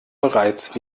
bereits